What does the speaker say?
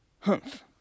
Humph